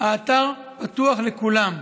האתר פתוח לכולם,